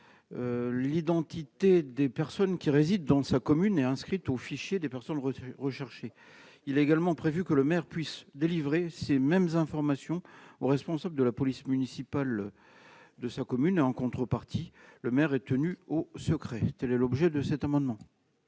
l'identité des personnes résidant dans sa commune et inscrites au fichier des personnes recherchées. Il est également prévu que le maire puisse délivrer ces mêmes informations au responsable de la police municipale de sa commune. En contrepartie, le maire est tenu au secret. Quel est l'avis de la commission